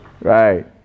Right